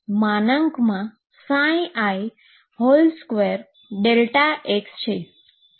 જે તમને કોઈ સંખ્યા આપે છે